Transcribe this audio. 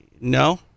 no